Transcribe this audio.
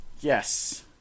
Yes